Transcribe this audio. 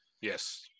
Yes